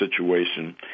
situation